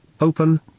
open